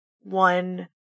one